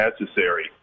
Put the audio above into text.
necessary